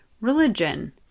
religion